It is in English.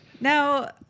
Now